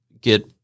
get